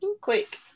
Quick